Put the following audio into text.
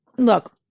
Look